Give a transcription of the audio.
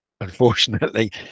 unfortunately